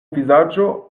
vizaĝo